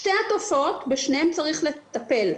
בשתי התופעות צריך לטפל.